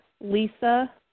Lisa